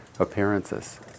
appearances